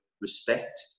respect